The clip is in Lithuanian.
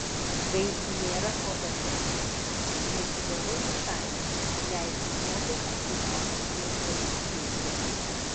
kai nėra fotosesijų nesidažau visai leidžiu odai atsigauti ir pailsėti